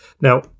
Now